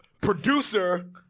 producer